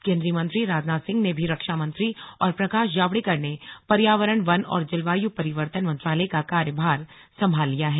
केन्द्रीय मंत्री राजनाथ सिंह ने भी रक्षामंत्री और प्रकाश जावड़ेकर ने पर्यावरण वन और जलवायु परिवर्तन मंत्रालय का कार्यभार संभाल लिया है